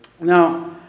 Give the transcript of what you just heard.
Now